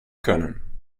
können